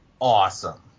awesome